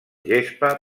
gespa